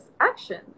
actions